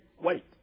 Wait